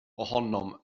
ohonom